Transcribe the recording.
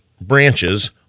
branches